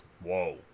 whoa